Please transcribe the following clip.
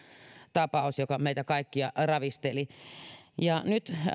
tapaus joka meitä kaikkia ravisteli nyt